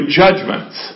judgments